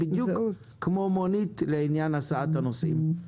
זה בדיוק כמו מונית לעניין הסעת הנוסעים.